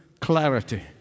clarity